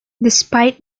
despite